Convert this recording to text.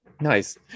nice